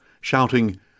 shouting